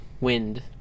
wind